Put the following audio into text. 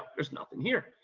there's nothing here.